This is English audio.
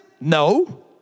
No